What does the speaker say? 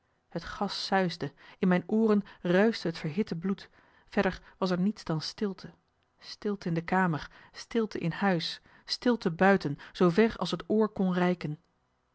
het gas suisde in mijn ooren ruischte het verhitte bloed verder was er niets dan stilte stilte in de kamer stilte in huis stilte buiten zoover als het oor kon reiken